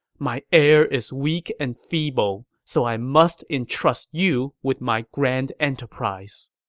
my heir is weak and feeble, so i must entrust you with my grand enterprise.